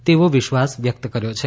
તેવો વિશ્વાસ વ્યક્ત કર્યો છે